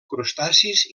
crustacis